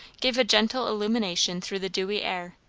gave a gentle illumination through the dewy air,